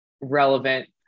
relevant